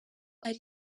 ari